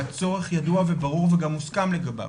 והצורך ידוע וברור וגם מוסכם לגביו.